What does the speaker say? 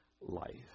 life